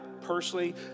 personally